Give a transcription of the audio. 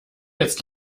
jetzt